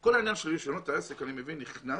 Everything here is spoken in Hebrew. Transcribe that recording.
כל עניין רישיונות העסק נכנס